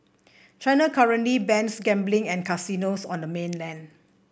China currently bans gambling and casinos on the mainland